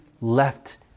left